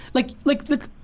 like like the,